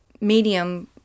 medium